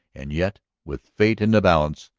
and yet, with fate in the balance,